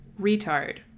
retard